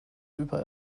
über